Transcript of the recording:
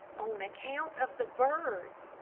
on account of the birds.